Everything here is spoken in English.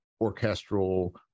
orchestral